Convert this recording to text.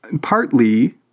Partly